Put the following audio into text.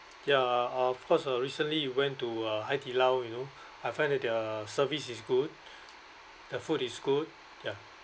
ya uh of course uh recently we went to uh hai di lao you know I find that the service is good the food is good ya